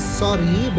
sorry